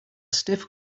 stiff